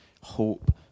hope